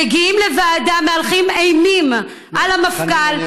מגיעים לוועדה, מהלכים אימים על המפכ"ל.